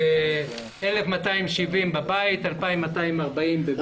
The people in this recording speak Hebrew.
1,270 שקלים בבית, 2,240 בבית חולים.